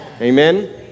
Amen